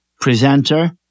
presenter